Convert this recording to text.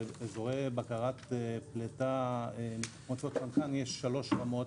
לאזורי בקרת פליטה מתחמוצות חנקן יש שלוש רמות.